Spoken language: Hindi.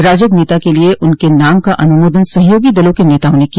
राजग नेता के लिये उनके नाम का अन्मोदन सहयोगी दलों के नेताओं ने किया